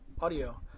audio